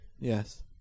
Yes